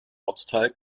ortsteil